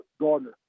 Gardner